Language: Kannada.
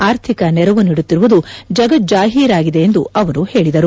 ಆರ್ಥಿಕ ನೆರವು ನೀಡುತ್ತಿರುವುದು ಜಗಜ್ವಾಹೀರಾಗಿದೆ ಎಂದು ಅವರು ಹೇಳಿದರು